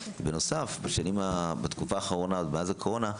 בנוסף בתקופה האחרונה,